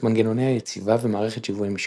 את מנגנוני היציבה ומערכת שיווי המשקל.